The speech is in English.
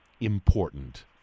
important